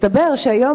מסתבר שהיום,